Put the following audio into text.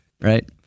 right